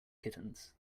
kittens